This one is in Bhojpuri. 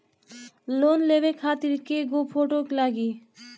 लोन लेवे खातिर कै गो फोटो लागी?